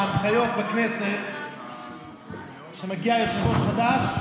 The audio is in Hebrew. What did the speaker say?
ההנחיות בכנסת הן שכשמגיע יושב-ראש חדש,